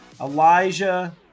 elijah